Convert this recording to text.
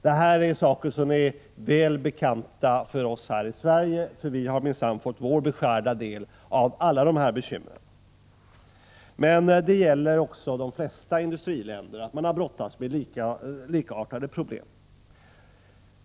Det här är saker som är väl bekanta för oss i Sverige, för vi har minsann fått vår beskärda del av alla dessa bekymmer. Men det gäller för de flesta industriländer, att de har brottats med likartade problem.